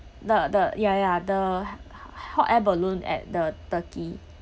the the ya ya the hot air balloon at the turkey